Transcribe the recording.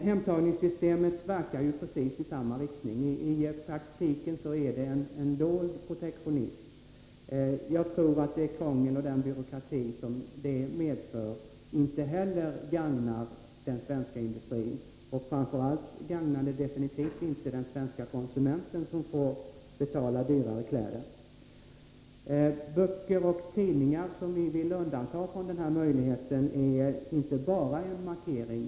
Hemtagningssystemet verkar precis i samma riktning. I praktiken är det en dold protektionism. Jag tror att det krångel och den byråkrati som detta medför inte gagnar den svenska industrin, framför allt inte de svenska konsumenterna som får betala för dyrare kläder. Att vi vill undanta böcker och tidningar från denna möjlighet är inte bara en markering.